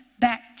back